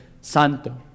santo